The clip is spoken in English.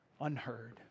unheard